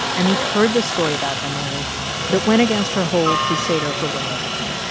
and he'd heard this story about emily that went against her whole crusader for women thing.